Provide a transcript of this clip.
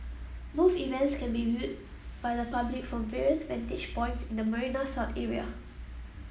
both events can be viewed by the public from various vantage points in the Marina South area